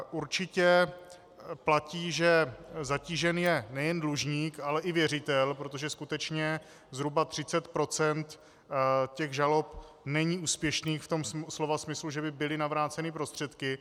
Určitě platí, že zatížen je nejen dlužník, ale i věřitel, protože skutečně zhruba 30 % žalob není úspěšných v tom slova smyslu, že by byly navráceny prostředky.